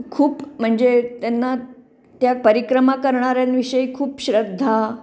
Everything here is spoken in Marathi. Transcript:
खूप म्हणजे त्यांना त्या परिक्रमा करणाऱ्यांविषयी खूप श्रद्धा